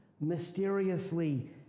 mysteriously